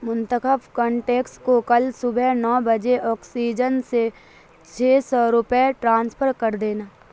منتخب کانٹیکس کو کل صبح نو بجے آکسیجن سے چھ سو روپے ٹرانسپھر کر دینا